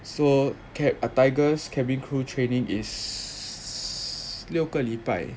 so cab~ err Tiger's cabin crew training is 六个礼拜